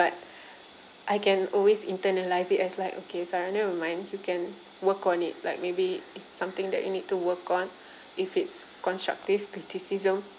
but I can always internaliae it as like okay sarah never mind you can work on it like maybe it's something that you need to work on if it's constructive criticism